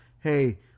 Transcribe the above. Hey